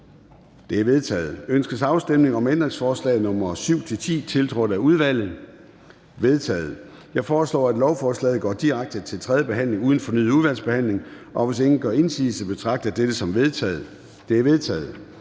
Ønskes afstemning om ændringsforslag nr. 7-10, tiltrådt af udvalget? De er vedtaget. Jeg foreslår, at lovforslaget går direkte til tredje behandling uden fornyet udvalgsbehandling, og hvis ingen gør indsigelse, betragter jeg dette som vedtaget.